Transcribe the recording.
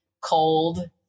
cold